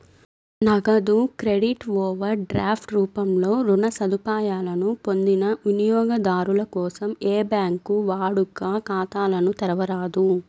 నగదు credit, overdraft రూపంలో రుణ సదుపాయాలను పొందిన వినియోగదారుల కోసం ఏ బ్యాంకూ వాడుక ఖాతాలను తెరవరాదు